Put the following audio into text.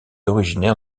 originaire